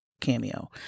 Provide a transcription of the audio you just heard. cameo